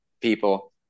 people